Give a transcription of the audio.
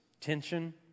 Tension